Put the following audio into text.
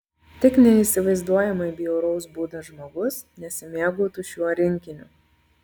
tik neįsivaizduojamai bjauraus būdo žmogus nesimėgautų šiuo rinkiniu